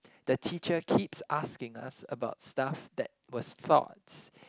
the teacher keeps asking us about stuff that was taught